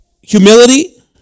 humility